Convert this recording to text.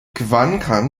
kvankam